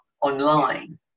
online